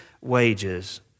wages